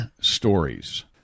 stories